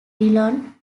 dillon